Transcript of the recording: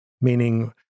meaning